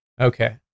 Okay